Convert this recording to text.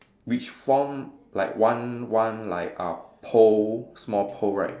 which form like one one like uh pole small pole right